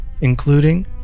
including